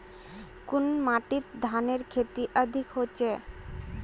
कुन माटित धानेर खेती अधिक होचे?